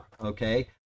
okay